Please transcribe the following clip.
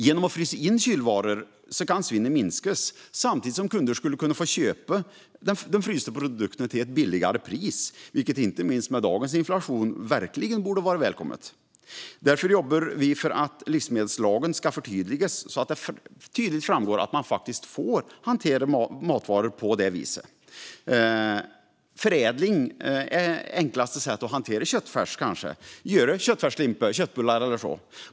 Genom att frysa in kylvaror kan svinnet minskas samtidigt som kunder skulle kunna få köpa de frysta produkterna till ett lägre pris, vilket inte minst med dagens inflation verkligen borde vara välkommet. Därför jobbar vi kristdemokrater för att livsmedelslagen ska förtydligas så att det tydligt framgår att man faktiskt får hantera matvaror på det viset. Förädling är kanske det enklaste sättet att hantera köttfärs, till exempel att göra köttfärslimpa och köttbullar.